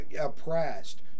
oppressed